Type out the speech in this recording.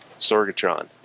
Sorgatron